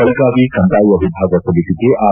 ಬೆಳಗಾವಿ ಕಂದಾಯ ವಿಭಾಗ ಸಮಿತಿಗೆ ಆರ್